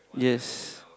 yes